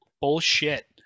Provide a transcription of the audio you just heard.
bullshit